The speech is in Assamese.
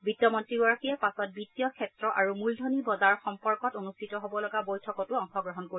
বিত্তমন্ত্ৰীগৰাকীয়ে পাছত বিত্তীয় ক্ষেত্ৰ আৰু মূলধনী বজাৰ সম্পৰ্কতো অনুষ্ঠিত হ'বলগা বৈঠকত অংশগ্ৰহণ কৰিব